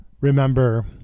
remember